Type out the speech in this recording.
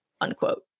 unquote